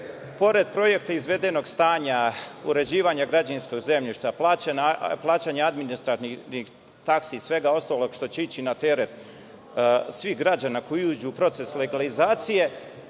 pored projekta izvedenog stanja, uređivanja građevinskog zemljišta, plaćanja administrativnih taksi i svega ostalog što će ići na teret svih građana koji uđu u proces legalizacije,